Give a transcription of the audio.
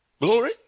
Glory